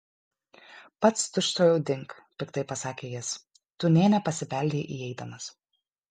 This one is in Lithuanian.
pats tučtuojau dink piktai pasakė jis tu nė nepasibeldei įeidamas